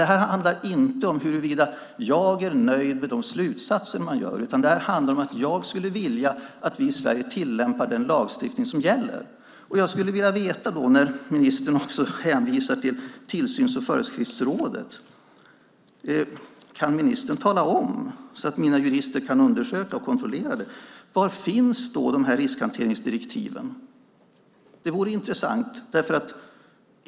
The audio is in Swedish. Det här handlar alltså inte om huruvida jag är nöjd med de slutsatser man kommer fram till. Det handlar om att jag skulle vilja att vi i Sverige tillämpar den lagstiftning som gäller. Ministern hänvisar till Tillsyns och föreskriftsrådet. Kan ministern tala om, så att mina jurister kan undersöka och kontrollera det, var riskhanteringsdirektiven finns? Det vore intressant att veta.